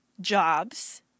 jobs